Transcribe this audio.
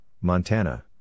Montana